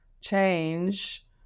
change